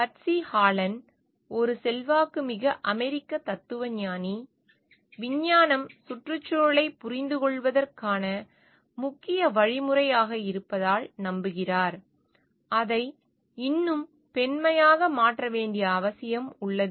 பட்சி ஹாலன் ஒரு செல்வாக்குமிக்க அமெரிக்க தத்துவஞானி விஞ்ஞானம் சுற்றுச்சூழலைப் புரிந்துகொள்வதற்கான முக்கிய வழிமுறையாக இருப்பதால் நம்புகிறார் அதை இன்னும் பெண்மையாக மாற்ற வேண்டிய அவசியம் உள்ளது